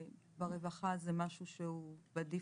ברווחה זה משהו שהוא בדיפולט,